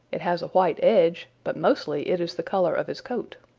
it has a white edge, but mostly it is the color of his coat.